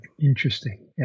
Interesting